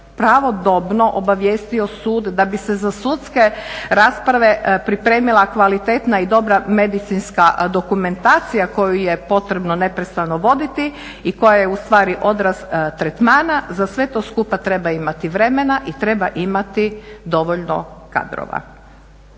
pravodobno obavijestio sud, da bi se za sudske rasprave pripremila kvalitetna i dobra medicinska dokumentacija koju je potrebno neprestano voditi i koja je ustvari odraz tretmana za sve to skupa treba imati vremena i treba imati dovoljno kadrova.